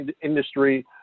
industry